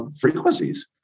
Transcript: frequencies